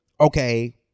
okay